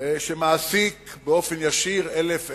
שמעסיק באופן ישיר 1,000,